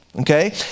Okay